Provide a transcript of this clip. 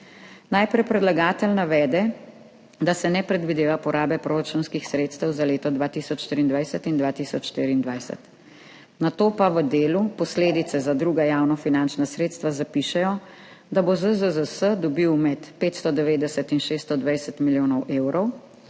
Najprej predlagatelj navede, da se ne predvideva porabe proračunskih sredstev za leto 2023 in 2024, nato pa v delu »posledice za druga javnofinančna sredstva« zapiše, da bo ZZZS dobil med 590 in 620 milijonov evrov,